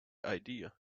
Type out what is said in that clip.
idea